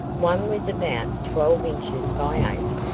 one was about twelve inches by eight,